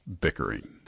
bickering